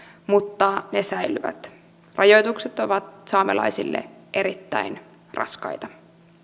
mutta ne säilyvät rajoitukset ovat saamelaisille erittäin raskaita